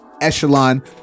echelon